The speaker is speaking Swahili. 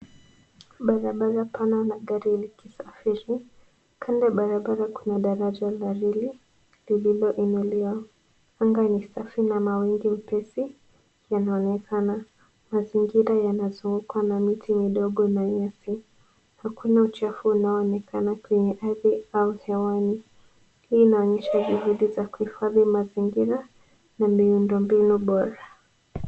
Barabara pana magari za kusafiri. Kando ya barabara kuna daraja mawili lililoinuliwa. Anga ni safi na mawingu mepesi yanaonekana. Mazingira yamezungukwa na miti midogo mieusi. Hakuna uchafu unaoonekana kwenye ardhi au hewani. Hii inaonyesha juhudi za kuhifadhi mazingira na miundo mbinu bora.